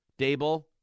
Dable